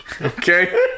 Okay